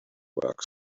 work